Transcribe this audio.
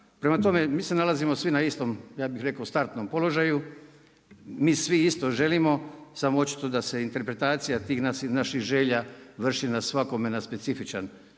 Prema tome, mi se nalazimo svi na istom ja bih rekao startnom položaju. Mi svi isto želimo samo očito da se interpretacija tih naših želja vrši svakome na specifičan